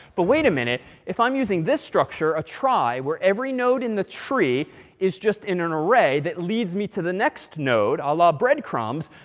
but wait a minute. if i'm using this structure, a trie, where every node in the tree is just in an array that leads me to the next node, ala breadcrumbs,